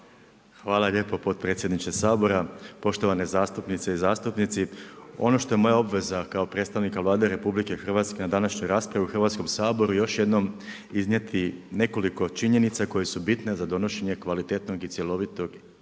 Hvala lijepo potpredsjedniče Sabora, poštovane zastupnice i zastupnici. Ono što je moja obveza kao predstavnika Vlade RH na današnjoj raspravi u Hrvatskom saboru, još jednom iznijeti nekoliko činjenica koje su bitne za donošenje kvalitetnog i cjelovito i izmjena